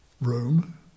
room